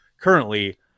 currently